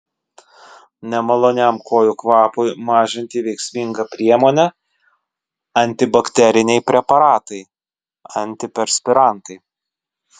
nemaloniam kojų kvapui mažinti veiksminga priemonė antibakteriniai preparatai antiperspirantai